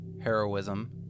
heroism